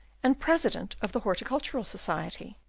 and president of the horticultural society.